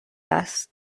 است